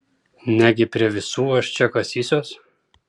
negi prie visų aš čia kasysiuos